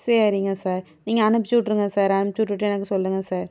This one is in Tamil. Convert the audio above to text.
சரிங்க சார் நீங்கள் அனுப்பிச்சு விட்ருங்க அனுப்பிச்சு விட்டுவிட்டு எனக்கு சொல்லுங்க சார்